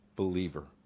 Believer